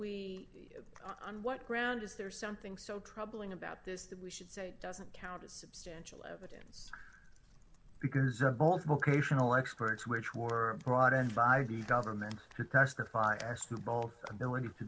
we on what ground is there something so troubling about this that we should say doesn't count as substantial evidence because of both vocational experts which were brought in by the government to testify as to both ability to